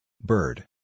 Bird